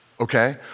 okay